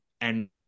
And-